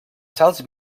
sals